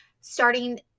starting